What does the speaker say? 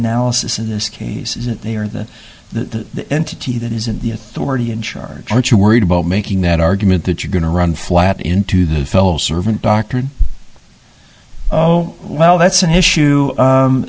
analysis of this case is that they are that the entity that is in the authority in charge aren't you worried about making that argument that you're going to run flat into the fellow servant doctored oh well that's an issue